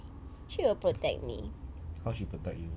she will protect me